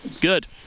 Good